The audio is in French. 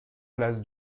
place